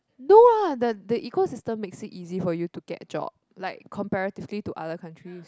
no lah the the ecosystem makes it easy for you to get job like comparatively to other countries